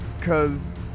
cause